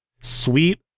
sweet